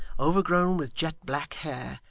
overgrown with jet black hair,